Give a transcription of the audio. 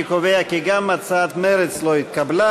אני קובע כי גם הצעת מרצ לא התקבלה.